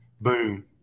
boom